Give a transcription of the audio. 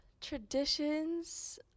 Traditions